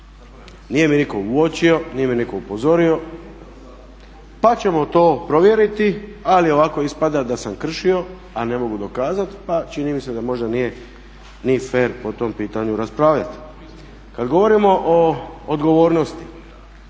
nije mi nitko uočio, nije me nitko upozorio pa ćemo to provjeriti ali ovako ispada da sam kršio a ne mogu dokazati pa čini mi se da možda nije ni fer po tom pitanju raspravljati. Kad govorimo o odgovornosti,